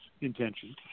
intention